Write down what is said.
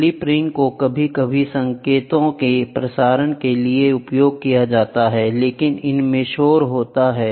slip ring को कभी कभी संकेतों के प्रसारण के लिए उपयोग किया जाता है लेकिन इनमें शोर होते हैं